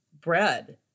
bread